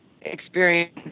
experience